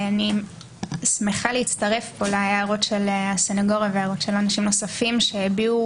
אני שמחה להצטרף פה להערות של הסנגוריה ולהערות של אנשים נוספים שהביעו